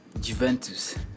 Juventus